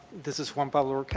this is juan pablo.